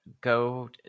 go